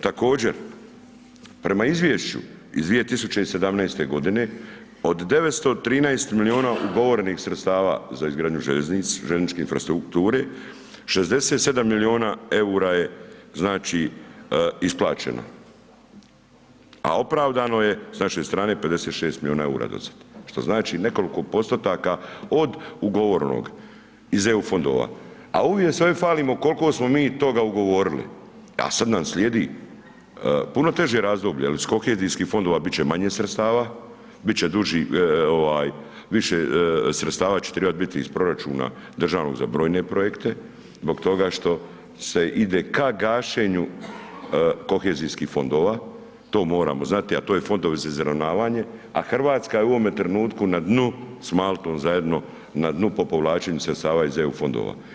Također, prema izvješću iz 2017. godine od 913 miliona ugovorenih sredstava za izgradnju željeznice, željezničke infrastrukture 67 miliona EUR-a je znači isplaćeno, a opravdano je s naše strane 56 miliona EUR-a dosad, što znači nekoliko postotaka od ugovorenog iz EU fondova, a uvijek se ovdje falimo kolko smo mi toga ugovorili, a sad nam slijedi puno teže razdoblje, jel iz kohezijskih fondova bit će manje sredstava, bit će duži ovaj više sredstava će tribat biti iz proračuna državnoga za brojne projekte zbog toga što se ide ka gašenju kohezijskih fondova, to moramo znati, a to je fondovi za izravnavanje, a Hrvatska je u ovome trenutku na dnu s Maltom zajedno, na dnu po povlačenju sredstava iz EU fondova.